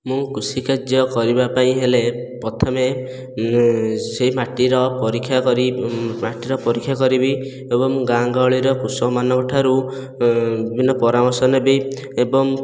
ମୁଁ କୃଷି କାର୍ଯ୍ୟ କରିବା ପାଇଁ ହେଲେ ପ୍ରଥମେ ସେହି ମାଟିର ପରୀକ୍ଷା କରି ମୁଁ ମାଟିର ପରୀକ୍ଷା କରିବି ଏବଂ ଗାଁ ଗହଳିର କୃଷକ ମାନଙ୍କଠାରୁ ବିଭିନ୍ନ ପରାମର୍ଶ ନେବି ଏବଂ